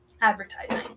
advertising